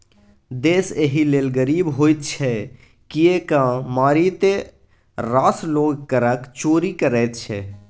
देश एहि लेल गरीब होइत छै किएक मारिते रास लोग करक चोरि करैत छै